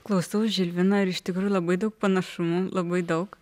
klausau žilviną ir iš tikrųjų labai daug panašumų labai daug